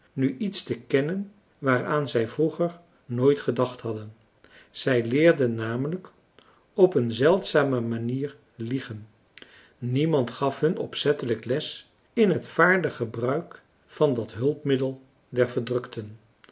nu iets te kennen waaraan zij vroeger nooit gedacht hadden zij leerden namelijk op een zeldzame manier liegen niemand gaf hun opzettelijk les in het vaardig gebruik van dat hulpmiddel